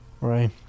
right